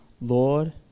Lord